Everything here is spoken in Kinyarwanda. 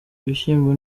ibishyimbo